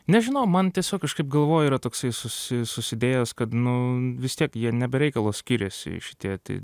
nežinau man tiesiog kažkaip galvoj yra toksai susi susidėjęs kad nu vis tiek jie ne be reikalo skiriasi šitie tai